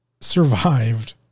survived